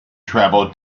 travel